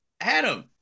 Adam